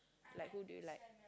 like who do you like